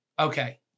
Okay